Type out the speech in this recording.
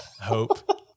hope